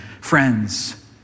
Friends